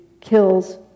kills